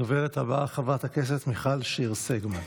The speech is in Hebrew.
הדוברת הבאה, חברת הכנסת מיכל שיר סגמן.